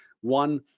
one